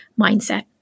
mindset